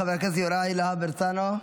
חבר הכנסת יוראי להב הרצנו,